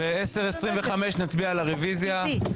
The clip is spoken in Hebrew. ב-10:25 נצביע על הרוויזיה,